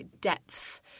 depth